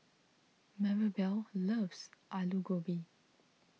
Maribel loves Alu Gobi